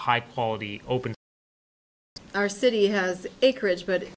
high quality open our city has acreage but